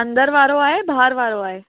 अंदरु वारो आहे ॿाहिरि वारो आहे